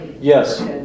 yes